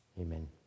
Amen